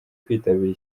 kwitabira